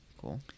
cool